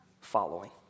following